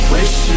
Wish